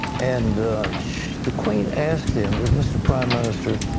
and the queen asked him, mr. prime minister,